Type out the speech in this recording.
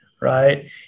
Right